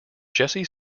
jesse